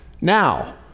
Now